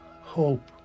hope